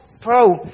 pro